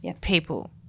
people